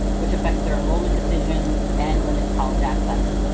which affects their enrollment decisions and limits college access.